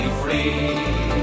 free